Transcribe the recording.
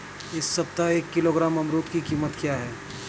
इस सप्ताह एक किलोग्राम अमरूद की कीमत क्या है?